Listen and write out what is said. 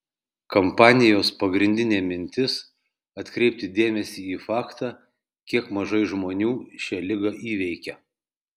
kampanijos pagrindinė mintis atkreipti dėmesį į faktą kiek mažai žmonių šią ligą įveikia